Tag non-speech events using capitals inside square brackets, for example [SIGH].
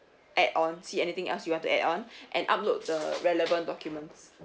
add on see anything else you want to add on [BREATH] and upload the relevant documents